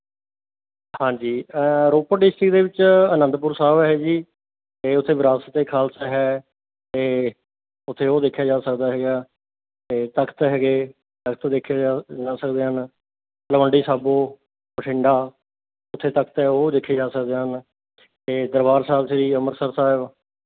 ਹਾਂਜੀ ਰੋਪੜ ਡਿਸਟ੍ਰਿਕਟ ਦੇ ਵਿੱਚ ਆਨੰਦਪੁਰ ਸਾਹਿਬ ਹੈ ਜੀ ਅਤੇ ਉੱਥੇ ਵਿਰਾਸਤ ਏ ਖਾਲਸਾ ਹੈ ਅਤੇ ਉੱਥੇ ਉਹ ਦੇਖਿਆ ਜਾ ਸਕਦਾ ਹੈਗਾ ਅਤੇ ਤਖ਼ਤ ਹੈਗੇ ਤਖ਼ਤ ਦੇਖੇ ਜਾ ਜਾ ਸਕਦੇ ਹਨ ਤਲਵੰਡੀ ਸਾਬੋਂ ਬਠਿੰਡਾ ਉੱਥੇ ਤਖ਼ਤ ਹੈ ਉਹ ਦੇਖੇ ਜਾ ਸਕਦੇ ਹਨ ਅਤੇ ਦਰਬਾਰ ਸਾਹਿਬ ਸ੍ਰੀ ਅੰਮ੍ਰਿਤਸਰ ਸਾਹਿਬ